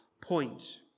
point